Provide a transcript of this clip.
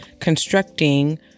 constructing